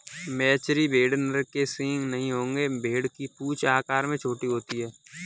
मेचेरी भेड़ नर के सींग नहीं होंगे भेड़ की पूंछ आकार में छोटी होती है